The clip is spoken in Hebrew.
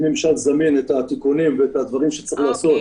ממשל זמין את התיקונים ואת הדברים שצריך לעשות,